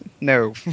no